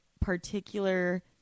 particular